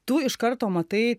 tu iš karto matai